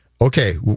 okay